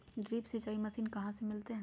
Drip सिंचाई machine कहाँ से मिलतै?